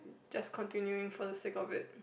just continuing for the sake of it